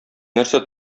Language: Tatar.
нәрсә